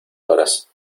horas